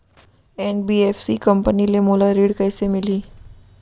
NBFC company ले मोला ऋण कइसे मिलही?